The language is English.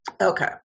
Okay